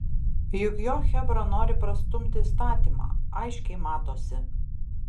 juk jo chebra nori prastumti įstatymą aiškiai matosi